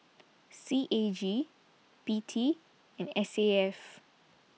C A G P T and S A F